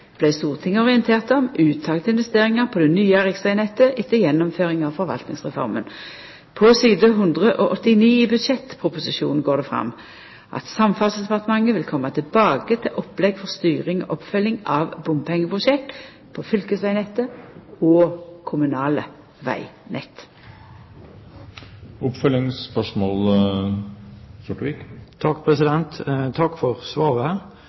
Stortinget orientert om uttak til investeringar på det nye riksvegnettet etter gjennomføring av forvaltningsreforma. På side 189 i budsjettproposisjonen går det fram at Samferdselsdepartementet vil koma tilbake til opplegg for styring og oppfølging av bompengeprosjekt på fylkesvegnettet og kommunale vegnett. Takk for svaret.